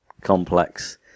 complex